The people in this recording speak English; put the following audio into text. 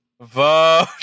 Vote